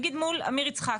נגיד מול אמיר יצחקי.